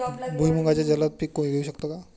भुईमुगाचे जलद पीक घेऊ शकतो का?